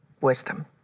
wisdom